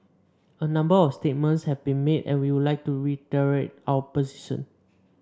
a number of statements have been made and we would like to reiterate our position